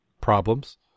problems